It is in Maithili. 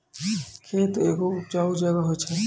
खेत एगो उपजाऊ जगह होय छै